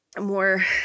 more